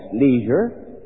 leisure